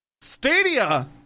Stadia